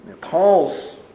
Paul's